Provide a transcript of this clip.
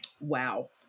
wow